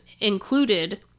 included